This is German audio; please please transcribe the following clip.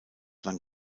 lang